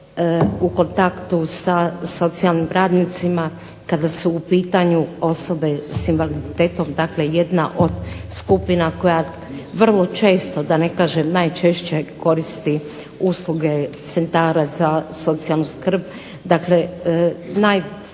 u kontaktu sa socijalnim radnicima kada su u pitanju osobe s invaliditetom dakle jedan od skupina koja vrlo često, da ne kažem najčešće, koristi usluge centara za socijalnu skrb. Dakle, najbliže